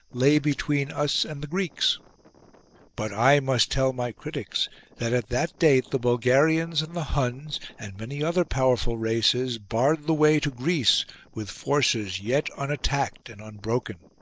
lay between us and the greeks but i must tell my critics that at that date the bulgarians and the huns and many other powerful races barred the way to greece with forces yet unattacked and unbroken.